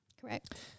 Correct